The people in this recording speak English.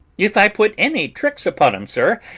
if i put any tricks upon em, sir,